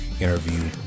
interview